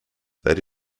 that